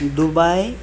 Dubai